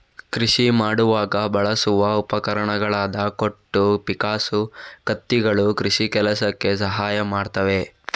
ಕೃಷಿ ಮಾಡುವಾಗ ಬಳಸುವ ಉಪಕರಣಗಳಾದ ಕೊಟ್ಟು, ಪಿಕ್ಕಾಸು, ಕತ್ತಿಗಳು ಕೃಷಿ ಕೆಲಸಕ್ಕೆ ಸಹಾಯ ಮಾಡ್ತವೆ